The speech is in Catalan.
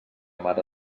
mare